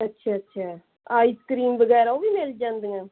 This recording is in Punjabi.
ਅੱਛਾ ਅੱਛਾ ਆਈਸਕ੍ਰੀਮ ਵਗੈਰਾ ਉਹ ਵੀ ਮਿਲ ਜਾਂਦੀਆਂ